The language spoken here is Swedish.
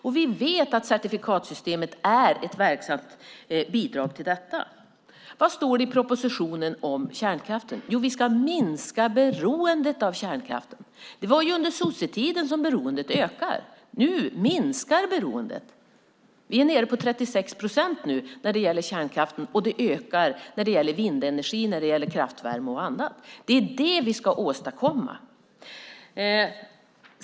Och vi vet att certifikatsystemet är ett verksamt bidrag till detta. Vad står det i propositionen om kärnkraften? Jo, vi ska minska beroendet av kärnkraften. Det var under sossetiden som beroendet ökade. Nu minskar beroendet. Vi är nu nere på 36 procent när det gäller kärnkraften. Och det ökar när det gäller vindenergin, när det gäller kraftvärme och annat. Det är det vi ska åstadkomma.